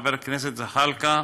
חבר הכנסת זחאלקה,